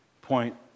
point